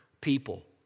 people